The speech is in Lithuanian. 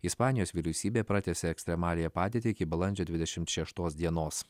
ispanijos vyriausybė pratęsė ekstremaliąją padėtį iki balandžio dvidešimt šeštos dienos